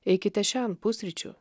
eikite šen pusryčių